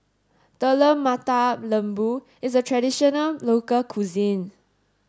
Telur Mata Lembu is a traditional local cuisine